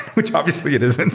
which obviously it isn't,